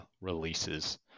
releases